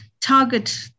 target